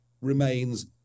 remains